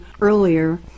earlier